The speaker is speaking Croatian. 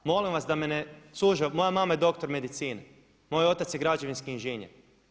Molim vas da mi ne sužavate, moja mama je doktor medicine, moj otac je građevinski inženjer.